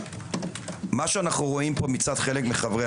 אנחנו רואים פה מצד חלק מחברי